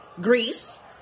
Greece